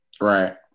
Right